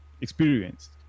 experienced